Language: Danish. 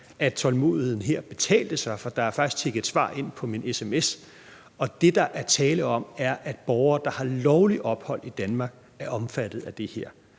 at tålmodigheden her betalte sig, fordi der faktisk er tikket et svar ind på min sms, og det, der er tale om, er, at borgere, der har lovligt ophold i Danmark, er omfattet af det her.